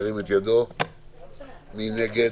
מי נגד?